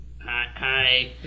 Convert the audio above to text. hi